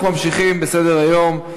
אנחנו ממשיכים בסדר-היום,